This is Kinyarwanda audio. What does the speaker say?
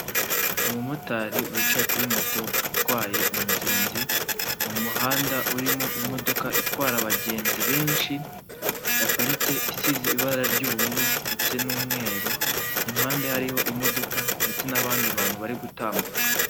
Umumotari wicaye kuri moto atwaye umugenzi mu muhanda urimo imodoka itwara abagenzi benshi yaparitse isize ibara ry'ubururu ndetse n'umweru, impande hariho imodoka ndetse n'abandi bantu bari gutambuka.